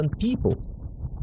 people